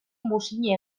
muzin